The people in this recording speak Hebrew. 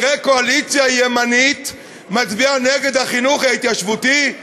נראה קואליציה ימנית מצביעה נגד החינוך ההתיישבותי,